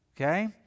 Okay